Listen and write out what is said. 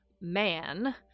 man